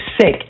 sick